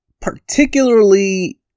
particularly